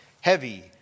heavy